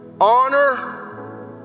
honor